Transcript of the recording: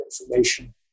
information